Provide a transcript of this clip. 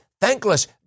thankless